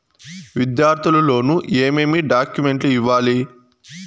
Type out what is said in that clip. విద్యార్థులు లోను ఏమేమి డాక్యుమెంట్లు ఇవ్వాలి?